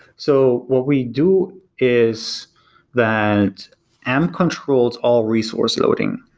so what we do is that amp controls all resource loading.